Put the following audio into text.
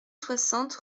soixante